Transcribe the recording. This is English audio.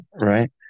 right